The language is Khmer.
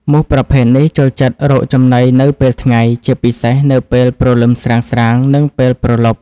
មូសប្រភេទនេះចូលចិត្តរកចំណីនៅពេលថ្ងៃ ជាពិសេសនៅពេលព្រលឹមស្រាងៗ និងពេលព្រលប់។